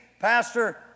Pastor